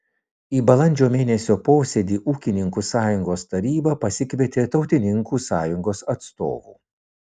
į balandžio mėnesio posėdį ūkininkų sąjungos taryba pasikvietė tautininkų sąjungos atstovų